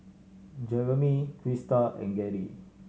Jereme Crysta and Gerri